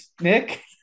Nick